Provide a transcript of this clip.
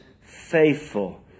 faithful